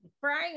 Frying